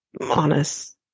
honest